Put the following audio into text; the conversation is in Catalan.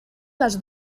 les